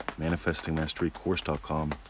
manifestingmasterycourse.com